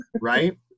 Right